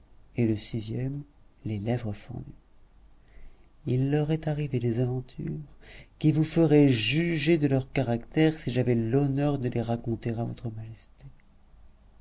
et le sixième les lèvres fendues il leur est arrivé des aventures qui vous feraient juger de leurs caractères si j'avais l'honneur de les raconter à votre majesté